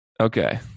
Okay